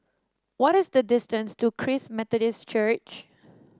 what is the distance to Christ Methodist Church